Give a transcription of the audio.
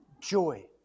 joy